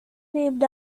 named